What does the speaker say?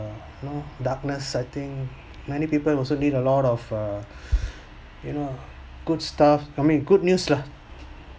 you know darkness I think many people also need a lot of uh you know good stuff I mean a good news lah